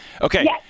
Okay